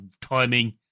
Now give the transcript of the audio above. timing